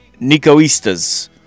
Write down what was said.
Nicoistas